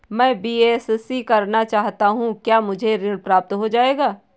मैं बीएससी करना चाहता हूँ क्या मुझे ऋण प्राप्त हो जाएगा?